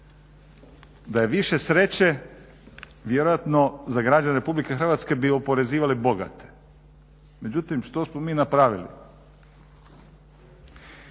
Da je više sreće, vjerojatno za građane Republike Hrvatske bi oporezivali bogate. Međutim, što smo mi napravili.